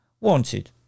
wanted